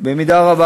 במידה רבה,